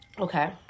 Okay